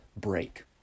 break